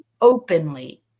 openly